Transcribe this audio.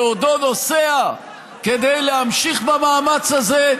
בעודו נוסע כדי להמשיך במאמץ הזה,